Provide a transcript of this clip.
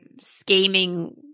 scheming